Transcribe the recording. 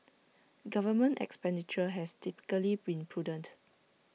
government expenditure has typically been prudent